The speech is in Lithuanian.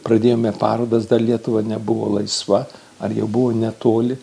pradėjome parodas dar lietuva nebuvo laisva ar jau buvo netoli